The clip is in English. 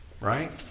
Right